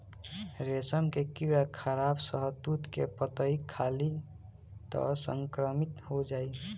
रेशम के कीड़ा खराब शहतूत के पतइ खाली त संक्रमित हो जाई